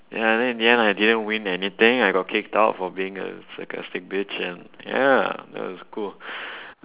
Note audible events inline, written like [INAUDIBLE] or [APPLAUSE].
ya then in the end I didn't win anything I got kicked out for being a sarcastic bitch and ya that was cool [BREATH]